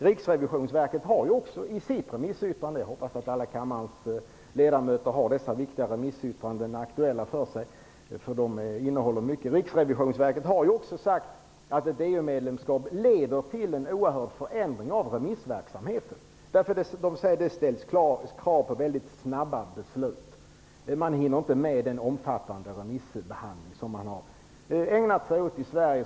Riksrevisionsverket har i sitt remissyttrande - jag hoppas att alla kammarens ledamöter har dessa viktiga remissyttranden aktuella för sig - sagt att ett EU-medlemskap leder till en oerhörd förändring av remissverksamheten. Det ställs krav på mycket snabba beslut. Man hinner inte med den omfattande remissbehandling som man har ägnat sig åt i Sverige.